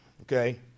okay